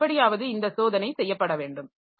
எனவே எப்படியாவது இந்த சோதனை செய்யப்பட வேண்டும்